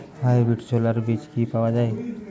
Hybrid ছোলার বীজ কি পাওয়া য়ায়?